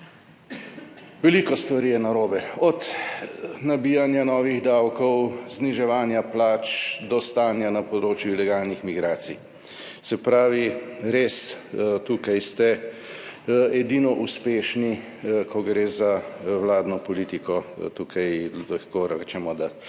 Veliko stvari je narobe, od nabijanja novih davkov, zniževanja plač do stanja na področju ilegalnih migracij. Se pravi, res, tukaj ste edino uspešni, ko gre za vladno politiko, tukaj lahko rečemo, da